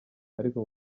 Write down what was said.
ariko